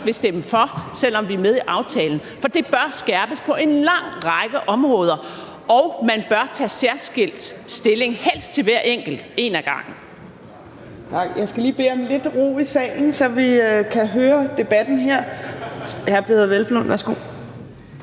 vil stemme for, selv om vi er med i aftalen, for det bør skærpes på en lang række områder, og man bør tage særskilt stilling, helst til hver enkelt, en ad gangen.